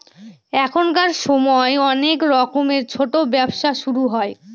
এখনকার সময় অনেক রকমের ছোটো ব্যবসা শুরু হয়